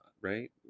right